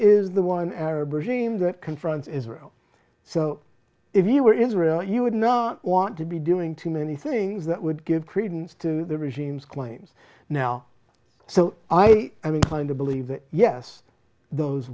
is the one arab regime that confronts israel so if you were israel you would know want to be doing too many things that would give credence to the regimes claims now so i am inclined to believe that yes those